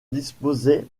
disposait